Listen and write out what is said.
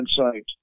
insight